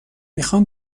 میخام